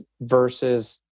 versus